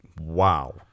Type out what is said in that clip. Wow